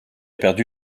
perdu